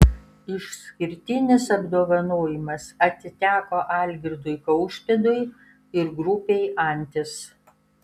išskirtinis apdovanojimas atiteko algirdui kaušpėdui ir grupei antis